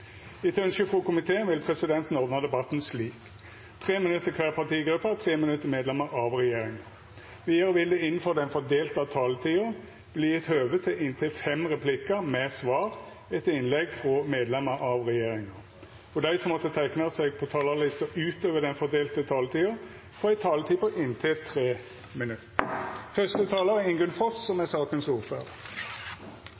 Etter ønske frå justiskomiteen vil presidenten ordna debatten slik: 3 minutt til kvar partigruppe og 3 minutt til medlemer av regjeringa. Vidare vil det – innanfor den fordelte taletida – verta gjeve høve til replikkordskifte på inntil fem replikkar med svar etter innlegg frå medlemer av regjeringa, og dei som måtte teikna seg på talarlista utover den fordelte taletida, får òg ei taletid på inntil 3 minutt.